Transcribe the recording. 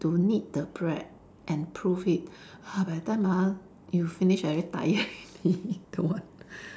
to knead the bread and proof it !huh! by time ah you finish I very tired already don't want